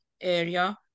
area